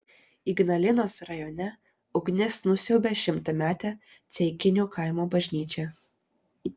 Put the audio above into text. ignalinos rajone ugnis nusiaubė šimtametę ceikinių kaimo bažnyčią